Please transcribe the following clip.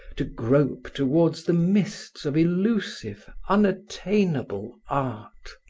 to grope towards the mists of elusive, unattainable art.